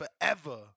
forever